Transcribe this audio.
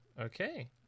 Okay